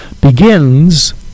begins